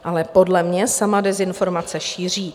Ale podle mě sama dezinformace šíří.